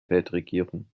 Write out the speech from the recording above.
weltregierung